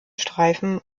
streifen